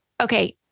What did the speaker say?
okay